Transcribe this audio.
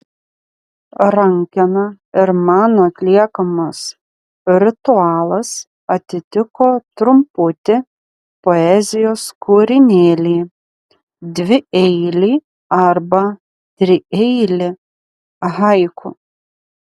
rankena ir mano atliekamas ritualas atitiko trumputį poezijos kūrinėlį dvieilį arba trieilį haiku